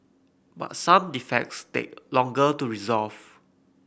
but some defects take longer to resolve